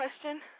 question